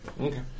Okay